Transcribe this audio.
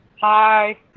hi